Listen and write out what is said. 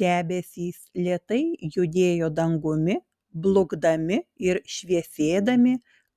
debesys lėtai judėjo dangumi blukdami ir šviesėdami